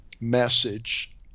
message